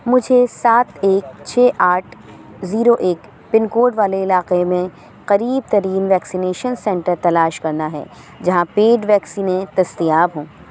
مجھے سات ایک چھ آٹھ زیرو ایک پن کوڈ والے علاقے میں قریب ترین ویکسینیشن سنٹر تلاش کرنا ہے جہاں پیڈ ویکسینیں دستیاب ہوں